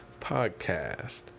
podcast